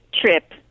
trip